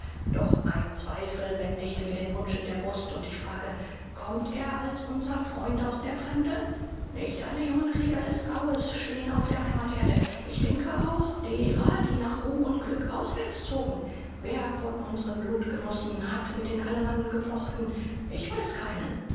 doch ein zweifel bändigt mir den wunsch in der brust und ich frage kommt er als unser freund aus der fremde nicht alle jungen krieger des gaues stehen auf der heimaterde ich denke auch derer die nach ruhm und glück auswärts zogen wer von unseren blutgenossen hat mit den alemannen gefochten ich weiß keinen